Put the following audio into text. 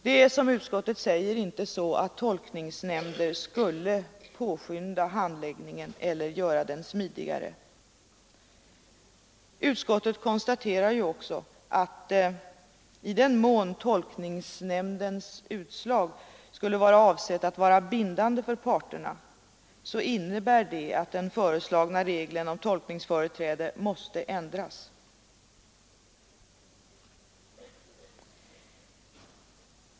Det är, som utskottet säger, inte så att tolkningsnämnder skulle påskynda handläggningen eller göra den smidigare. Utskottet konstaterar också att, i den mån tolkningsnämndens utslag skulle vara avsett att vara bindande för parterna, det innebär att den föreslagna regeln om tolkningsföreträde måste ändras.